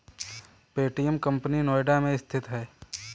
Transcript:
Paytm company Noida में स्थित है